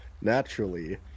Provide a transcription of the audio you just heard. naturally